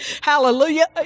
hallelujah